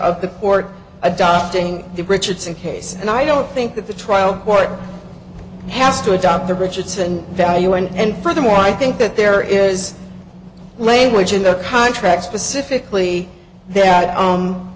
of the court adopting the richardson case and i don't think that the trial court has to adopt the richardson value and furthermore i think that there is language in the contract specifically that